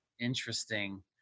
Interesting